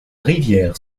rivière